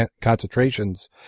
concentrations